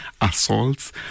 assaults